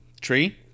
tree